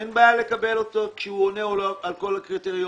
אין בעיה לקבל אותו כשהוא עונה על כל הקריטריונים.